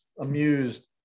amused